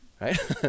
right